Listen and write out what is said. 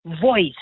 voice